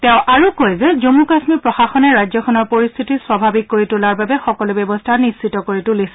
তেওঁ আৰু কয় যে জম্মু কাশ্মীৰ প্ৰশাসনে ৰাজ্যখনৰ পৰিস্থিতি স্বাভাৱিক কৰি তোলাৰ বাবে সকলো ব্যৱস্থা নিশ্চিত কৰি তুলিছে